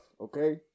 okay